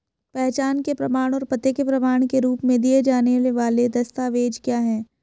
पहचान के प्रमाण और पते के प्रमाण के रूप में दिए जाने वाले दस्तावेज क्या हैं?